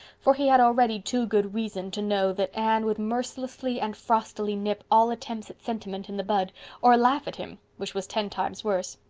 for he had already too good reason to know that anne would mercilessly and frostily nip all attempts at sentiment in the bud or laugh at him, which was ten times worse.